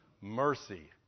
mercy